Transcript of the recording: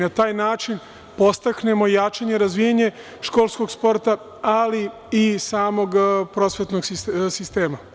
Na taj način ćemo da podstaknemo jačanje i razvijanje školskog sporta, ali i samog prosvetnog sistema.